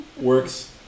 works